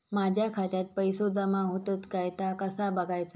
माझ्या खात्यात पैसो जमा होतत काय ता कसा बगायचा?